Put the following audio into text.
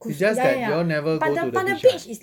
it's just that you all never go to the beach lah